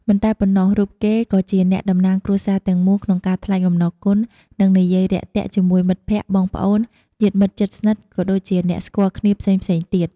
មិនតែប៉ុណ្ណោះ រូបគេក៏ជាអ្នកតំណាងគ្រួសារទាំងមូលក្នុងការថ្លែងអំណរគុណ និងនិយាយរាក់ទាក់ជាមួយមិត្តភក្តិ បងប្អូន ញាតិមិត្តជិតឆ្ងាយ ក៏ដូចជាអ្នកស្គាល់គ្នាផ្សេងៗទៀត។